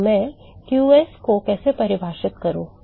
तो मैं qs को कैसे परिभाषित करूं